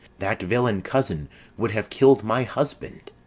that villain cousin would have kill'd my husband.